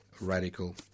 radical